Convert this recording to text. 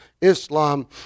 Islam